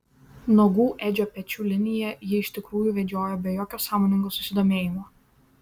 nuogų edžio pečių liniją ji iš tikrųjų vedžiojo be jokio sąmoningo susidomėjimo